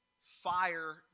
fire